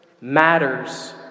matters